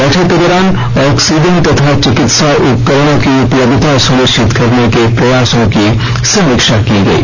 बैठक के दौरान ऑक्सीजन तथा चिकित्सा उपकरणों की उपलब्धता सुनिश्चित करने के प्रसायों की समीक्षा की गई